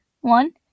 One